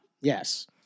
yes